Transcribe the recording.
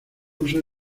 uso